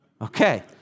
Okay